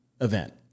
event